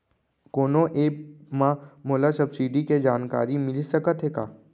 कोनो एप मा मोला सब्सिडी के जानकारी मिलिस सकत हे का?